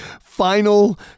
final